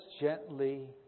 gently